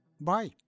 Bye